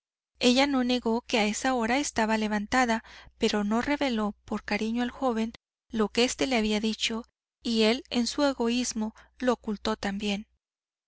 ella no negó que a esa hora estaba levantada pero no reveló por cariño al joven lo que este le había dicho y él en su egoísmo lo ocultó también